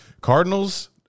Cardinals